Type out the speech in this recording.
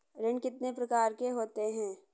ऋण कितने प्रकार के होते हैं?